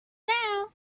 now